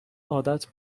عادت